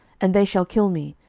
and they shall kill me,